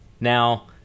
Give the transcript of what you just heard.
now